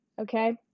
okay